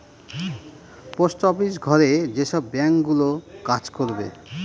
post office ঘরে যেসব bank গুলো কাজ করবে